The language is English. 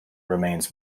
remains